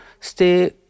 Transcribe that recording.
stay